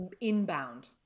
inbound